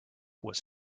was